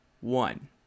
one